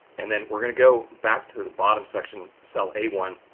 and then we're going to go back to the bottom section, cell a one.